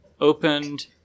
opened